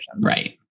right